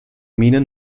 minen